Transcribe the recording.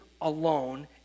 alone